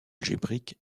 algébrique